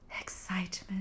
excitement